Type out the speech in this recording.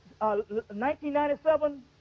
1997